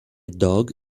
dog